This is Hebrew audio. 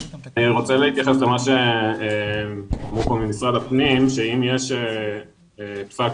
אבל במקרים שיש לנו זה פשוט לא נרשם.